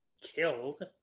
killed